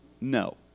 No